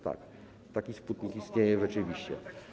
Tak, taki Sputnik istnieje rzeczywiście.